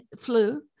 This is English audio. flu